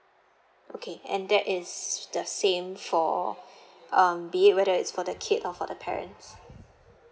okay and that is the same for um be it whether it's for the kid or for the parents